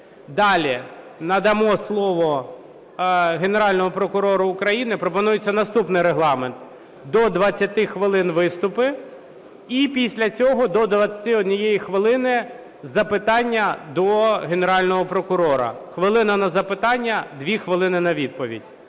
Далі надамо слово Генеральному прокурору України. Пропонується наступний регламент: до 20 хвилин – виступи, і після цього до 21 хвилини – запитання до Генерального прокурора, хвилина – на запитання, 2 хвилини – на відповідь.